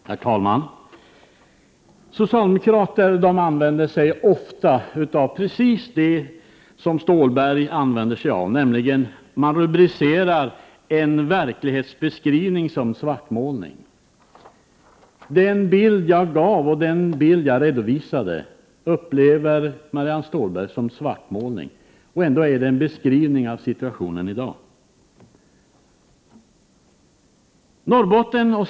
Herr talman! Socialdemokrater använder sig ofta av precis det grepp som Marianne Stålberg använde sig av, man rubricerar en verklighetsbeskrivning som svartmålning. Den bild jag redovisade upplever Marianne Stålberg som svartmålning. Ändå är det en beskrivning av situationen i dag.